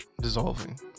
dissolving